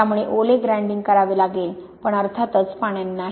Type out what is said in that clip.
त्यामुळे ओले ग्राइंडिंग करावे लागेल पण अर्थातच पाण्याने नाही